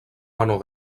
menor